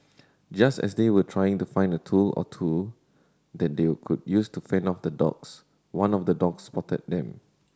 just as they were trying to find a tool or two that they could use to fend off the dogs one of the dogs spotted them